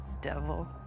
Devil